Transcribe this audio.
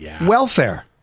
welfare